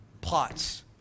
plots